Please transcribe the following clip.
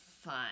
fun